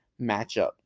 matchup